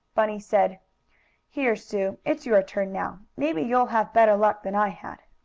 bunny said here, sue. it's your turn now. maybe you'll have better luck than i had.